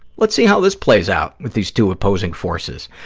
let's see how this plays out with these two opposing forces.